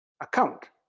Account